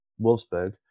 Wolfsburg